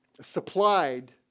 supplied